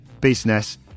business